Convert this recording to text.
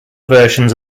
versions